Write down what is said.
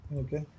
okay